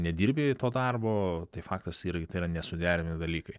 nedirbi to darbo tai faktas irgi tai yra nesuderinami dalykai